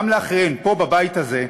גם לאחרים פה בבית הזה,